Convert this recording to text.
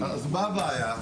אז מה הבעיה?